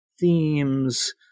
themes